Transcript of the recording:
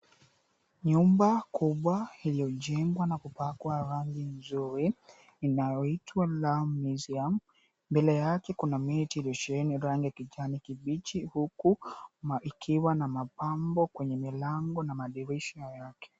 Nyumba kubwa iliyojengwa na kupakwa rangi nzuri, inayoitwa la Lamu Museum. Mbele yake kuna miti iliyosheheni rangi ya kijani kibichi, huku kukiwa na mapambo kwenye milango na madirisha yake.